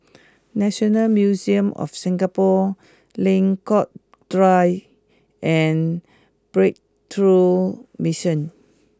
National Museum of Singapore Lengkong Dua and Breakthrough Mission